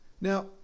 Now